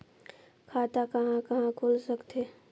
खाता कहा कहा खुल सकथे?